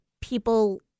people